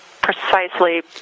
precisely